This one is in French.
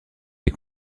des